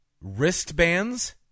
wristbands